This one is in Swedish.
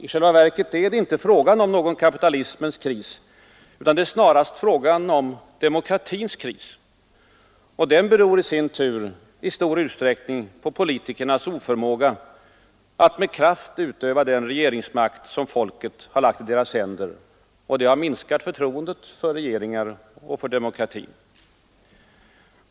I själva verket är det inte fråga om någon kapitalismens kris utan snarast om demokratins kris, och den beror i sin tur på politikernas oförmåga att med kraft utöva den regeringsmakt som folket lagt i deras händer. Detta har minskat förtroendet för regeringar och för demokratin.